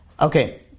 okay